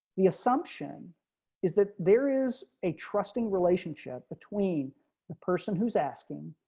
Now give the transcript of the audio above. the assumption is that there is a trusting relationship between the person who's asking